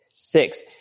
six